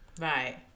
Right